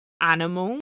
animal